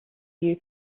you